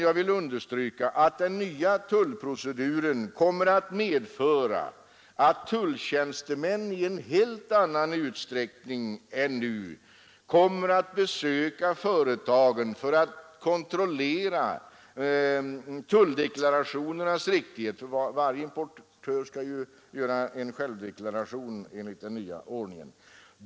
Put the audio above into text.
Jag vill understryka att den nya tullproceduren kommer att medföra att tulltjänstemän i en helt annan utsträckning än nu kommer att besöka företagen för att kontrollera tulldeklarationernas riktighet. Varje importör skall ju göra en självdeklaration enligt den nya ordningen.